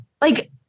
Like-